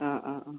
ആ ആ ആ